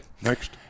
Next